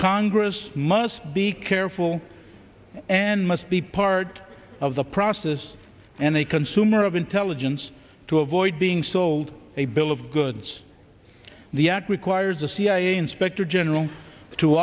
congress must be careful and must be part of the process and a consumer of intelligence to avoid being sold a bill of goods the act requires a cia inspector general to